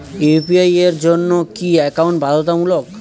UPI এর জন্য কি একাউন্ট বাধ্যতামূলক?